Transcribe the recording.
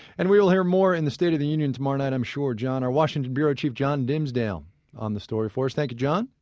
and we will hear more in the state of the union tomorrow night, i'm sure, john. our washington bureau chief john dimsdale on the story for us. thank you, john.